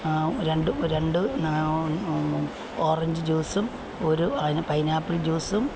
രണ്ട് രണ്ട് ഓറഞ്ച് ജ്യൂസും ഒരു അന പൈനാപ്പിൾ ജ്യൂസും